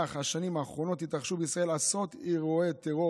במהלך השנים האחרונות התרחשו בישראל עשרות אירועי טרור